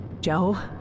Joe